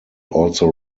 also